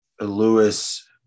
Lewis